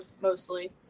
mostly